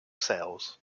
cells